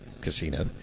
casino